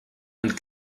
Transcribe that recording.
and